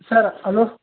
sir hello